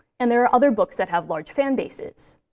and there are other books that have large fan bases.